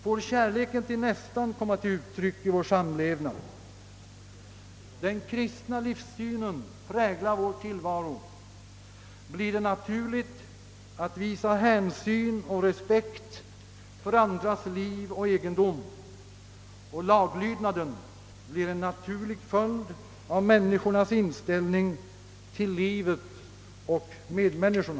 Får kärleken till nästan komma till uttryck i vår samlevnad, får den kristna livssynen prägla vår tillvaro, då blir det naturligt att visa hänsyn och respekt för andras liv och egendom, och laglydnaden blir en naturlig följd av människornas inställning till livet och medmänniskorna.